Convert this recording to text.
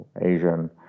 Asian